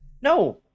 No